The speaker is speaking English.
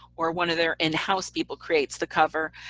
or one of their inhouse people creates the cover,